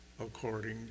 according